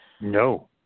No